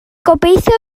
gobeithio